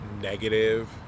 negative